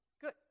Good